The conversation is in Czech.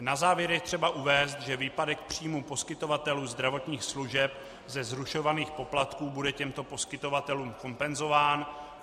Na závěr je třeba uvést, že výpadek příjmů poskytovatelů zdravotních služeb ze zrušovaných poplatků bude těmto poskytovatelům kompenzován.